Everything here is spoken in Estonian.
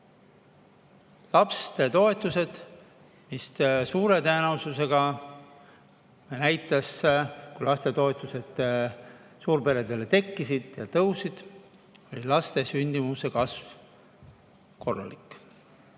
Lastetoetused, mis suure tõenäosusega [aitasid]. Kui lastetoetused suurperedele tekkisid ja tõusid, siis sündimuse kasv oli korralik.